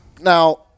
Now